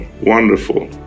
wonderful